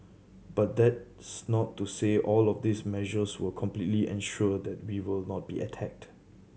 but that's not to say all of these measures will completely ensure that we will not be attacked